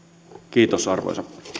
kiitos arvoisa